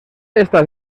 estas